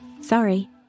Sorry